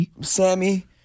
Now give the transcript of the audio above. Sammy